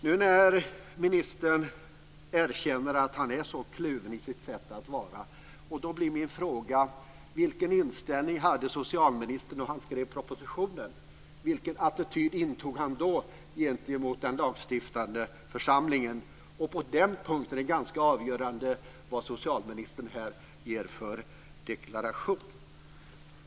Nu när ministern erkänner att han är så kluven i sitt sätt att vara blir min fråga: Vilken inställning hade socialministern när han skrev propositionen? Vilken attityd intog han då gentemot den lagstiftande församlingen? På den punkten är det ganska avgörande vad socialministern ger för deklaration.